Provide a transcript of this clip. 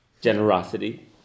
generosity